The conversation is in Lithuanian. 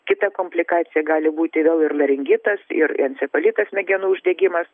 kita komplikacija gali būti vėl ir laringitas ir encefalitas smegenų uždegimas